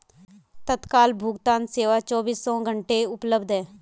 तत्काल भुगतान सेवा चोबीसों घंटे उपलब्ध है